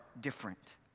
different